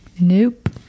Nope